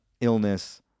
Illness